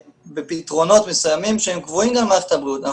צורך בפתרונות מסוימים שהם קבועים גם למערכת הבריאות אנחנו